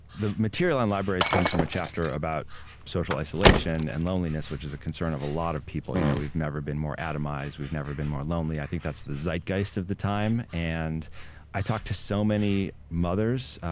the material on libraries comes from a chapter about social isolation and loneliness, which is a concern of a lot of people. you know we've never been more atomized. we've never been more lonely. i think that's the zeitgeist of the time. and i talked to so many mothers,